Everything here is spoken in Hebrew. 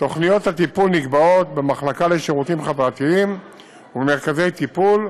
תוכניות הטיפול נקבעות במחלקה לשירותים חברתיים ובמרכזי טיפול,